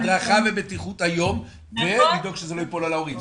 הדרכה ובטיחות היום ולדאוג שזה לא ייפול על ההורים.